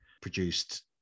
produced